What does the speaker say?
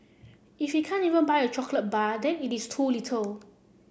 if he can't even buy a chocolate bar then it is too little